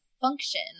function